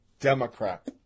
Democrat